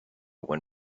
when